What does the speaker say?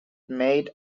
made